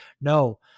No